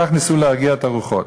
כך ניסו להרגיע את הרוחות.